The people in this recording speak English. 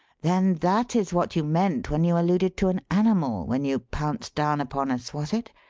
then that is what you meant when you alluded to an animal when you pounced down upon us, was it?